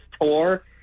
tour